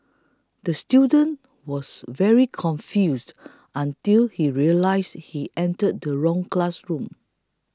the student was very confused until he realised he entered the wrong classroom